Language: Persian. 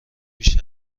بیش